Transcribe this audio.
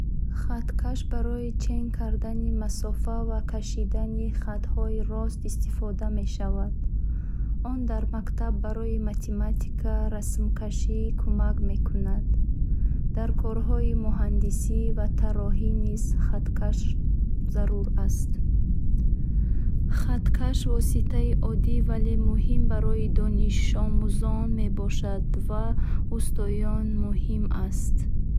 Хаткаш барои чен кардани масофа ва кашидани хатҳои рост истифода мешавад. Он дар мактаб барои математика расмкашӣ ва навишт кумак мекунад. Дар корҳои муҳандисӣ ва тарроҳӣ низ хаткаш зарур аст. Хаткаш воситаи оддӣ вале муҳим барои донишомӯзон ва устоён мухим хаст.